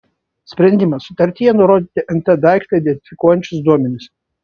sprendimas sutartyje nurodyti nt daiktą identifikuojančius duomenis